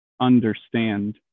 understand